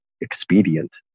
expedient